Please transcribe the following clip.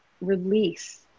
release